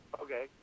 Okay